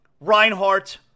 Reinhardt